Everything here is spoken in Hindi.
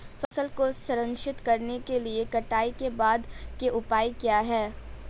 फसल को संरक्षित करने के लिए कटाई के बाद के उपाय क्या हैं?